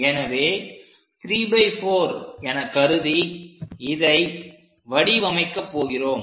எனவே 34 எனக் கருதி இதை வடிவமைக்க போகிறோம்